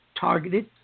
targeted